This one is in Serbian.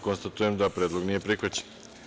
Konstatujem da predlog nije prihvaćen.